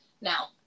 Now